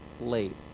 late